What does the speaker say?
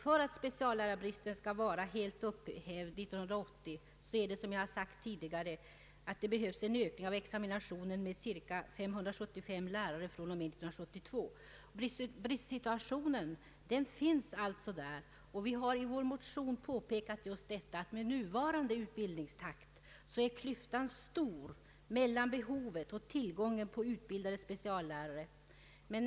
För att speciallärarbristen skall vara helt upphävd år 1980 behövs det, som jag sagt tidigare, en ökning av examinationen med cirka 575 lärare från år 1972. Bristsituationen finns alltså, och vi har i vår motion påpekat just detta, att med nuvarande utbildningstakt är klyftan stor mellan behovet och tillgången på utbildade speciallärare.